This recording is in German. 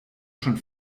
schon